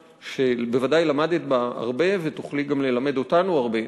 שבוודאי למדת בה הרבה ותוכלי גם ללמד אותנו הרבה.